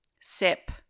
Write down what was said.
sip